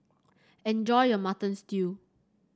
enjoy your Mutton Stew